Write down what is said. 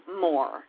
more